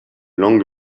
langue